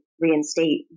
reinstate